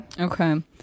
Okay